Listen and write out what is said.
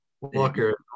Walker